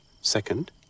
Second